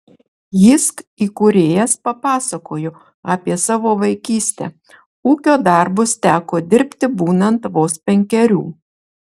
jysk įkūrėjas papasakojo apie savo vaikystę ūkio darbus teko dirbti būnant vos penkerių